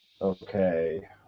Okay